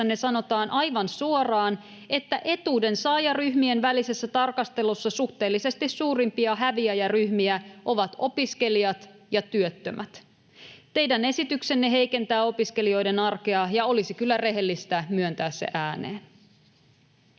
sanotaan aivan suoraan, että etuudensaajaryhmien välisessä tarkastelussa suhteellisesti suurimpia häviäjäryhmiä ovat opiskelijat ja työttömät. Teidän esityksenne heikentää opiskelijoiden arkea, ja olisi kyllä rehellistä myöntää se ääneen.